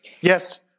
Yes